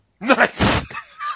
Nice